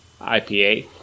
ipa